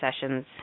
sessions